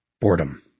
boredom